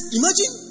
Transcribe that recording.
imagine